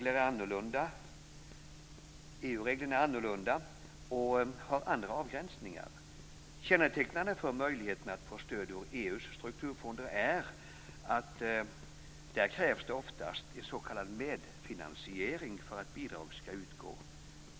EU-reglerna är annorlunda och har andra avgränsningar. Kännetecknade för möjligheten att få stöd ur EU:s strukturfonder är att det oftast krävs s.k. medfinansiering för att bidrag skall utgå.